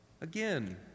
Again